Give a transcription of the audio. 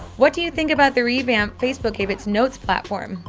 what do you think about the revamp facebook gave it's notes platform?